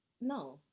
No